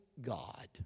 God